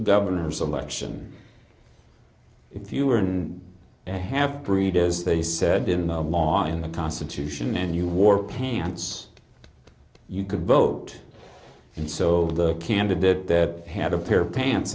governor's election if you were in the half breed as they said in the law in the constitution and you wore pants you could vote and so the candidate that had a pair of pants